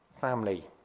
family